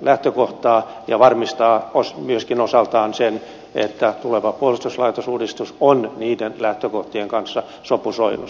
lähtökohtaa ja varmistaa myöskin osaltaan sen että tuleva puolustuslaitosuudistus on niiden lähtökohtien kanssa sopusoinnussa